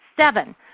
seven